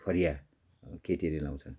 फरिया केटीहरूले लाउँछ